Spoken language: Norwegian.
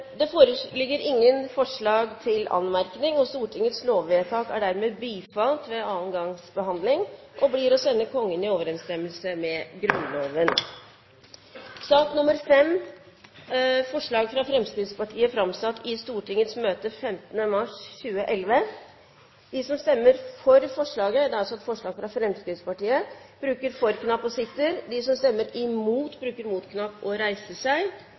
Det foreligger ingen forslag til anmerkning, og Stortingets lovvedtak er dermed bifalt ved andre gangs behandling og blir å sende Kongen i overensstemmelse med Grunnloven. Det voteres over forslag fra Fremskrittspartiet framsatt i Stortingets møte 15. mars 2011: «Stortinget ber regjeringen fremme et lovforslag som gjør det mulig å kreve uttømmende barneomsorgsattester av støttekontakter og andre som har tilsvarende jevnlig og